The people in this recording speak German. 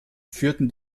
führten